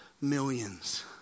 millions